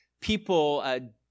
people